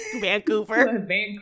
vancouver